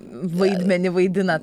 vaidmenį vaidina